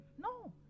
No